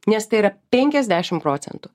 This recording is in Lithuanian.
nes tai yra penkiasdešim procentų